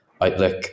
outlook